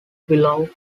below